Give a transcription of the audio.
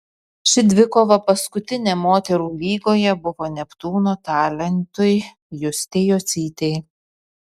ši dvikova paskutinė moterų lygoje buvo neptūno talentui justei jocytei